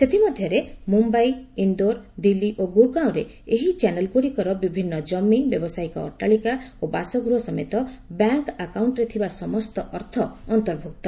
ସେଥିମଧ୍ୟରେ ମୁମ୍ୟାଇ ଇନ୍ଦୋର ଦିଲ୍ଲୀ ଓ ଗୁରଗାଓଁରେ ଏହି ଚ୍ୟାନେଲ ଗୁଡିକର ବିଭିନ୍ନ ଜମି ବ୍ୟାବସାୟିକ ଅଟ୍ଟାଳିକା ଓ ବାସଗୃହ ସମେତ ବ୍ୟାଙ୍କ ଆକାଉଣ୍ଟରେ ଥିବା ସମସ୍ତ ଅର୍ଥ ଅନ୍ତର୍ଭୁକ୍ତ